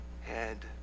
head